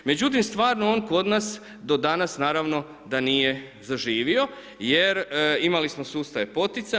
Međutim, stvarno on kod nas do danas naravno da nije zaživio jer imali smo sustave poticaja.